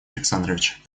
александрович